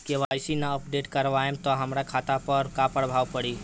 KYC ना update करवाएम त हमार खाता पर का प्रभाव पड़ी?